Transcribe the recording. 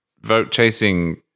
vote-chasing